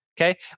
Okay